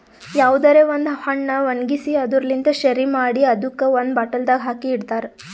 ಯಾವುದರೆ ಒಂದ್ ಹಣ್ಣ ಒಣ್ಗಿಸಿ ಅದುರ್ ಲಿಂತ್ ಶೆರಿ ಮಾಡಿ ಅದುಕ್ ಒಂದ್ ಬಾಟಲ್ದಾಗ್ ಹಾಕಿ ಇಡ್ತಾರ್